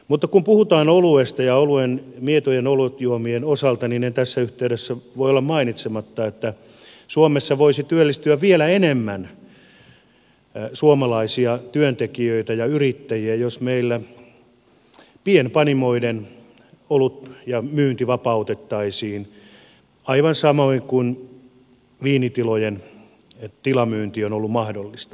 mutta kun puhutaan oluesta ja mietojen olutjuomien osalta niin en tässä yhteydessä voi olla mainitsematta että suomessa voisi työllistyä vielä enemmän suomalaisia työntekijöitä ja yrittäjiä jos meillä pienpanimoiden olut ja myynti vapautettaisiin aivan samoin kuin viinitilojen tilamyynti on ollut mahdollista